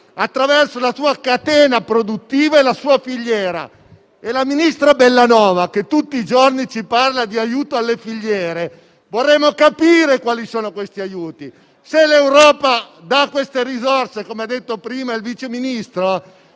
attraverso la sua catena produttiva e la sua filiera. Il ministro Bellanova tutti i giorni ci parla di aiuto alle filiere; vorremmo capire quali sono detti aiuti. Se l'Europa dà le risorse - come ha detto prima il Vice Ministro